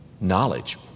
knowledge